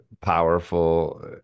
powerful